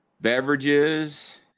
beverages